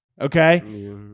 okay